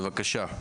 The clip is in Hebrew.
בבקשה,